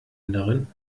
anderen